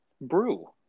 brew